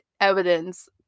evidence